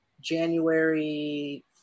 January